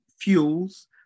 fuels